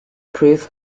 proof